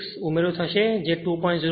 36 ઉમેરો થશે જે 2